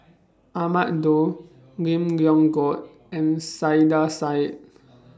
Ahmad Daud Lim Leong Geok and Saiedah Said